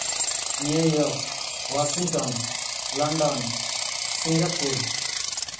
New York Washington London Singapore